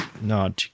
No